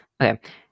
okay